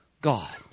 God